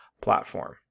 platform